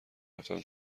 رفتتم